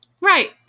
Right